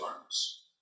arms